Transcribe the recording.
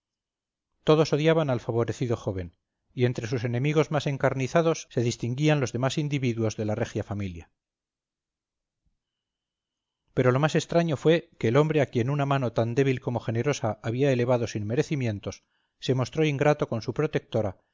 todos odiaban al favorecido joven y entre sus enemigos más encarnizados se distinguían los demás individuos de la regia familia pero lo más extraño fue que el hombre a quien una mano tan débil como generosa había elevado sin merecimientos se mostró ingrato con su protectora